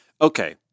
Okay